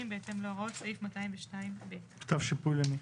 בהתאם להוראות סעיף 202ב. כתב שיפוי למי?